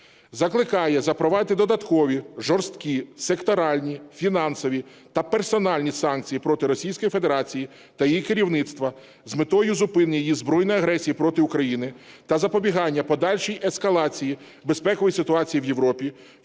Закликає запровадити додаткові жорсткі секторальні, фінансові та персональні санкції проти Російської Федерації та її керівництва з метою зупинення її збройної агресії проти України та запобігання подальшій ескалації безпекової ситуації в Європі,